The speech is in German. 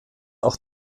auch